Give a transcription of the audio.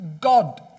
God